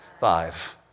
Five